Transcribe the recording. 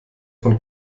von